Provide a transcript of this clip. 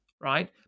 right